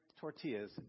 tortillas